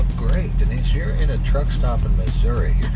great, denise. you're at a truck stop in missouri.